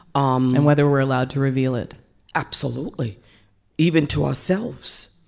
um and whether we're allowed to reveal it absolutely even to ourselves.